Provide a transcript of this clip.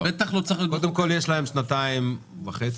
יש להם שנתיים וחצי.